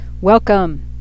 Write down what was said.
Welcome